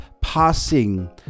passing